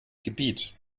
gebiet